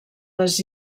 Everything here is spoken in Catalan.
les